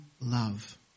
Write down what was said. love